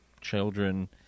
children